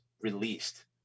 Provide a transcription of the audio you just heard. released